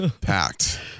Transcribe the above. Packed